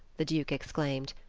the duke exclaimed.